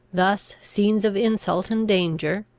thus scenes of insult and danger,